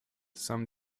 some